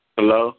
Hello